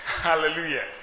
hallelujah